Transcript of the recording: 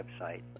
website